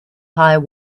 high